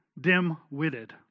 dim-witted